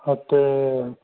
ते